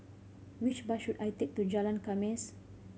which bus should I take to Jalan Khamis